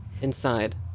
inside